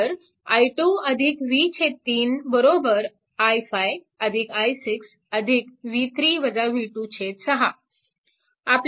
तर i 2 v3 i5 i6 6